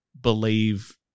believe